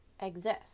exist